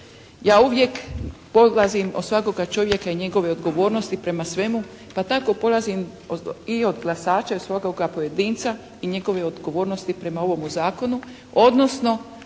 Ja uvijek polazim od svakoga čovjeka i njegove odgovornosti prema svemu pa tako polazim i od glasača i svakoga pojedinca i njegove odgovornosti prema ovomu zakonu odnosno